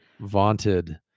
vaunted